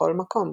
בכל מקום.